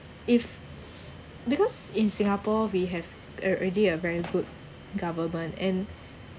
if because in singapore we have already a very good government and